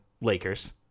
Lakers